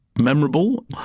memorable